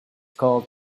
called